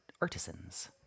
artisans